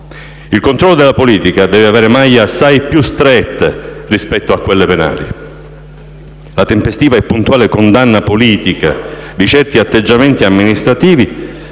Il controllo della politica deve avere maglie assai più strette rispetto a quelle penali. La tempestiva e puntuale condanna politica di certi atteggiamenti amministrativi